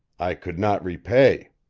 i could not repay.